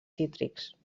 cítrics